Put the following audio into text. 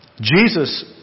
Jesus